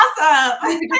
awesome